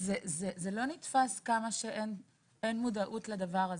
זה לא נתפס כמה שאין מודעות לדבר הזה.